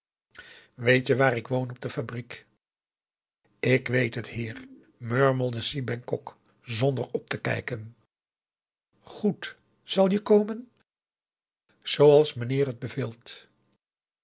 weet je waar ik woon op de fabriek ik weet het heer murmelde si bengkok zonder op te kijken goed zal je komen zooals mijn heer het beveelt